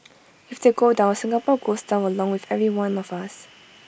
if they go down Singapore goes down along with every one of us